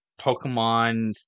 Pokemon